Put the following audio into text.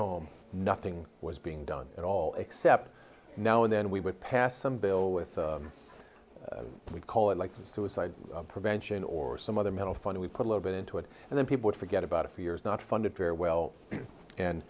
home nothing was being done at all except now and then we would pass some bill with we call it like the suicide prevention or some other mental fund we put a little bit into it and then people would forget about it for years not funded very well and